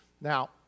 Now